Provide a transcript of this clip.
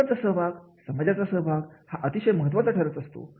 लोकांचा सहभाग समाजाचा सहभाग हा अतिशय महत्त्वाचा ठरत असतो